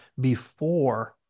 before-